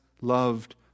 loved